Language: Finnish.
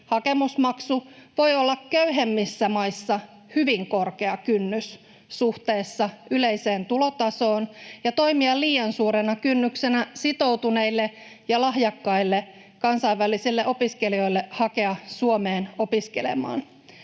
hakemusmaksu voi olla köyhemmissä maissa hyvin korkea kynnys suhteessa yleiseen tulotasoon ja toimia liian suurena kynnyksenä sitoutuneille ja lahjakkaille kansainvälisille opiskelijoille hakea Suomeen opiskelemaan.